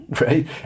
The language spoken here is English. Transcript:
right